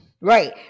Right